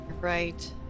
Right